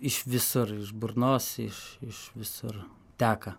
iš visur burnos iš iš visur teka